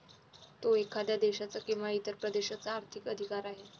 तो एखाद्या देशाचा किंवा इतर प्रदेशाचा आर्थिक अधिकार आहे